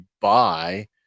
buy